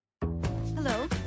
Hello